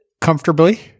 comfortably